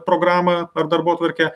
programą ar darbotvarkę